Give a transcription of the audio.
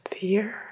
fear